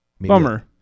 Bummer